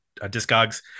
Discogs